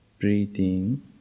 breathing